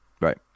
Right